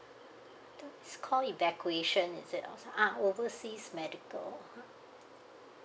does this called evacuation is it or some ah overseas medical